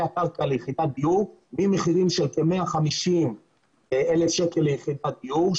הקרקע ליחידת דיור במחירים של כ-150,000 ליחידת דיור,